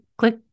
Click